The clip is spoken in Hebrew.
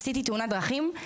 עשיתי תאונת דרכים,